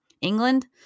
England